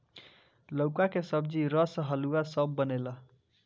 लउका के सब्जी, रस, हलुआ सब बनेला